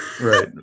Right